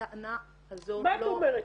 הטענה הזאת --- מה את אומרת,